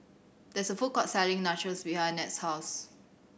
there is a food court selling Nachos behind Ned's house